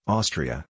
Austria